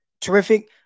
terrific